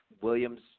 Williams